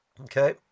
Okay